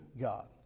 God